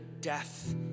death